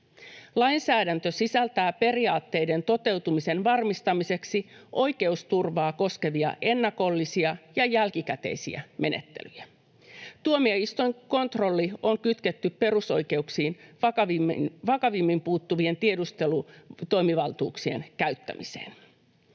Lainsäädäntö sisältää periaatteiden toteutumisen varmistamiseksi oikeusturvaa koskevia ennakollisia ja jälkikäteisiä menettelyjä. Tuomioistuinkontrolli on kytketty perusoikeuksiin vakavimmin puuttuvien tiedustelutoimivaltuuksien käyttämiseen.